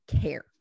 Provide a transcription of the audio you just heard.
care